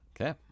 Okay